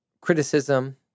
criticism